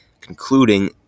Concluding